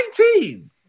19